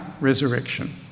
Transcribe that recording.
resurrection